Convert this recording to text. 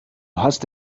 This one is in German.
hast